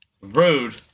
Rude